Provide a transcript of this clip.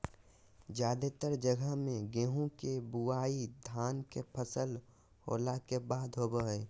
जादेतर जगह मे गेहूं के बुआई धान के फसल होला के बाद होवो हय